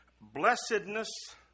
Blessedness